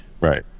Right